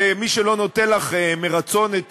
ומי שלא נותן לך מרצון את